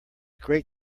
great